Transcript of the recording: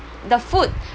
the food